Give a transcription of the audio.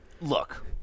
look